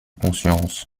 conscience